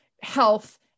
health